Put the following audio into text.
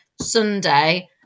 Sunday